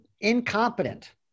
incompetent